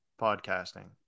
podcasting